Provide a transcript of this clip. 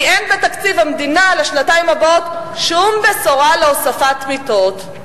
כי אין בתקציב המדינה בשנתיים הבאות שום בשורה של הוספת מיטות.